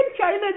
China